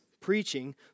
preaching